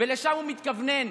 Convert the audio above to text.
לשם הוא מתכוונן,